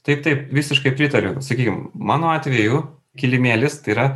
tai taip visiškai pritariu sakykim mano atveju kilimėlis tai yra